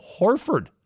Horford